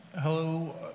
Hello